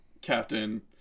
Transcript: Captain